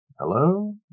hello